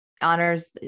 honors